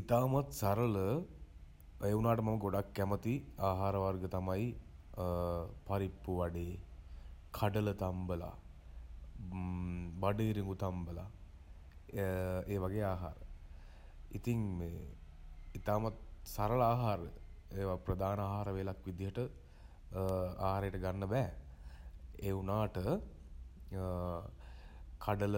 ඉතාමත් සරල ඒ වුනාට මම ගොඩක් කැමති ආහාර වර්ග තමයි පරිප්පු වඩේ කඩලා තම්බලා බඩ ඉරිඟු තම්බලා ඒ වගේ ආහාර. ඉතින් මේ ඉතාමත් සරල ආහාර. ඒවා ප්‍රධාන ආහාර වේලක් විදිහට ආහාරයට ගන්න බෑ. ඒ උනාට කඩල